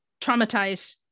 traumatize